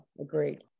Agreed